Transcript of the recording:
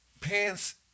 pants